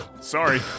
Sorry